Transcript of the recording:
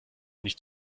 nicht